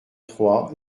trois